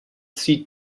see